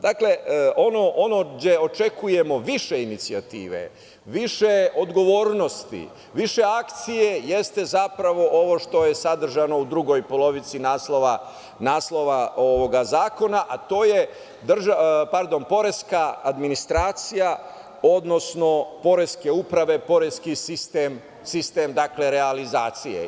Dakle, ono gde očekujemo više inicijative, više odgovornosti, više akcije jeste zapravo ovo što je sadržano u drugoj polovini naslova ovog zakona, a to je poreska administracija, odnosno poreske uprave, poreski sistem realizacije.